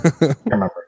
remember